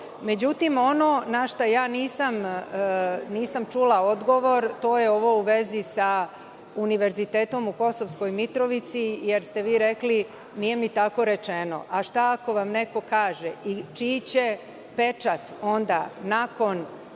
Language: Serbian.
ono na šta ja nisam čula odgovor je u vezi sa Univerzitetom u Kosovskoj Mitrovici, jer ste vi rekli – nije mi tako rečeno. A šta ako vam neko kaže i čiji će pečat onda nakon